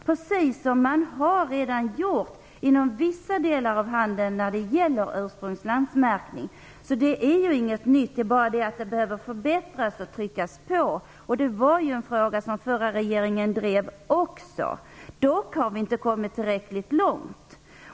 Det har man redan gjort inom vissa delar av handeln när det gäller ursprungslandsmärkning. Detta är inte något nytt, men det behöver förbättras. Den förra regeringen drev också den här frågan. Vi har dock inte kommit tillräckligt långt.